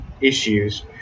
issues